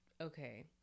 Okay